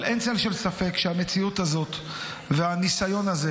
אבל אין צל של ספק שהמציאות הזאת והניסיון הזה